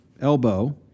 elbow